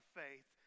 faith